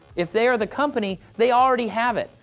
if they're the company, they already have it!